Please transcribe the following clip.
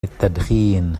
التدخين